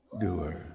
doer